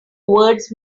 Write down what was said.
words